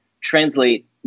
translate